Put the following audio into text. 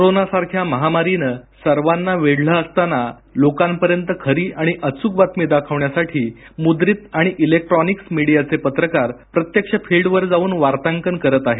कोरोनासारख्या महामारीने सर्वाना वेढलं असताना लोकांपर्यंत खरी आणि अचूक बातमी दाखवण्यासाठी मुद्रित आणि इलेक्ट्रॉनिक माध्यमांचे पत्रकार प्रत्यक्ष फिल्डवर जाऊन वार्तांकन करत आहेत